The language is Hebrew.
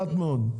מעט מאוד.